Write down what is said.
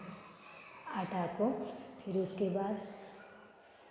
आटा को फिर उसके बाद